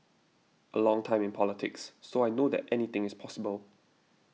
a long time in politics so I know that anything is possible